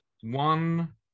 one